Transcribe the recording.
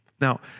Now